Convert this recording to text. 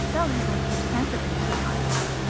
belle has left her centrepiece behind her.